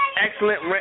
Excellent